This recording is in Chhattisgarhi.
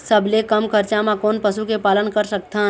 सबले कम खरचा मा कोन पशु के पालन कर सकथन?